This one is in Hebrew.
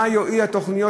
מה יועילו התוכניות